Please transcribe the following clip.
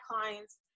clients